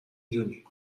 دونی